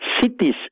cities